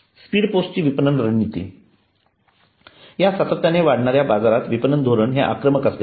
speed पोस्टची विपणन रणनीती या सातत्याने वाढणाऱ्या बाजारात विपणन धोरण हे आक्रमक असले पाहिजे